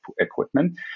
equipment